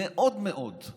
מאוד מאוד,